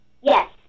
Yes